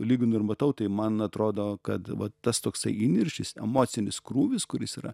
lyginu ir matau tai man atrodo kad vat tas toksai įniršis emocinis krūvis kuris yra